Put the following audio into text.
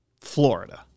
Florida